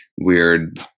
weird